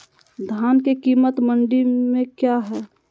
धान के कीमत मंडी में क्या है?